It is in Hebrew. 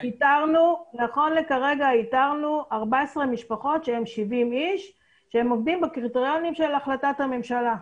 איתרנו 14 משפחות שהם 70 אנשים שהם עומדים בקריטריונים של החלטת הממשלה.